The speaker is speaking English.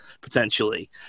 potentially